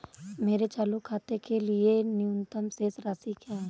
मेरे चालू खाते के लिए न्यूनतम शेष राशि क्या है?